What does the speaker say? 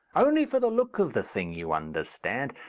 only for the look of the thing, you understand.